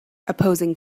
opposing